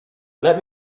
let